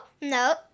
no